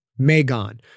Magon